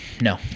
No